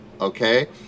Okay